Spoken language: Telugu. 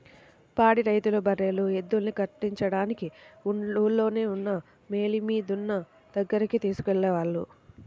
పాడి రైతులు బర్రెలు, ఎద్దుల్ని కట్టించడానికి ఊల్లోనే ఉన్న మేలిమి దున్న దగ్గరికి తీసుకెళ్ళేవాళ్ళు